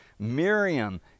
Miriam